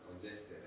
congested